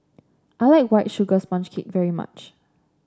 I like White Sugar Sponge Cake very much